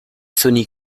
sony